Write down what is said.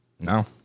No